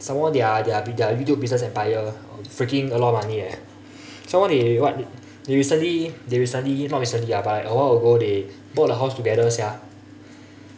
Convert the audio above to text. some more their their their video business empire freaking a lot of money leh some more they what they recently they recently not recently ah but a while ago they bought a house together sia